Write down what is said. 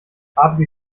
haben